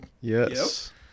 Yes